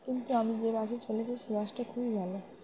কিন্তু আমি যে বাসে চলেছি সেই বাসটা খুবই ভালো